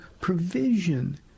provision